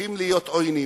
הופכים להיות עוינים.